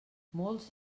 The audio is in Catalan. molts